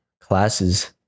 classes